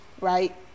right